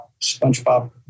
SpongeBob